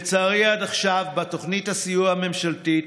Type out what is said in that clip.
לצערי, עד עכשיו בתוכנית הסיוע הממשלתית